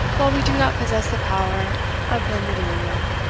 while we do not possess the power of remedying them?